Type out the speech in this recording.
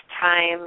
time